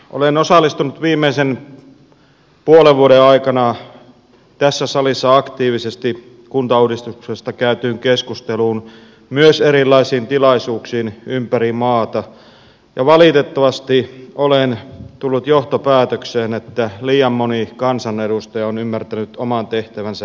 olen osallistunut viimeisen puolen vuoden aikana tässä salissa aktiivisesti kuntauudistuksesta käytyyn keskusteluun myös erilaisiin tilaisuuksiin ympäri maata ja valitettavasti olen tullut johtopäätökseen että liian moni kansanedustaja on ymmärtänyt oman tehtävänsä väärin